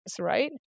right